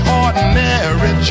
ordinary